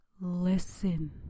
listen